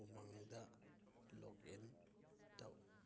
ꯎꯃꯪꯗ log in ꯇꯧ